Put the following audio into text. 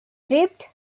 stripped